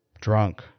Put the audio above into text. drunk